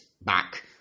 back